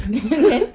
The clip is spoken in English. then